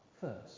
first